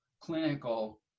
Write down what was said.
clinical